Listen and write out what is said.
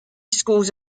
schools